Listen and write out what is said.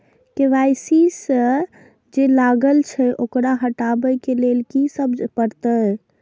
KYC जे लागल छै ओकरा हटाबै के लैल की सब आने परतै?